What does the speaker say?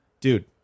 dude